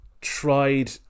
tried